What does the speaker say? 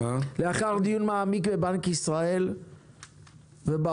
לאחר דיון מעמיק בבנק ישראל ובאוצר,